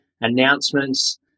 announcements